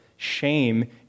Shame